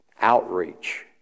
outreach